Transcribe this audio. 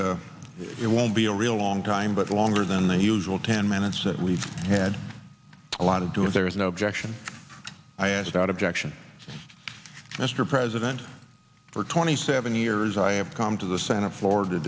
you it won't be a real long time but longer than the usual ten minutes that we've had a lot of do if there is no objection i ask out objection mr president for twenty seven years i have come to the senate flo